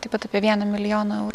taip pat apie vieną milijoną eurų